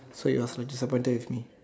so he was disappointed with me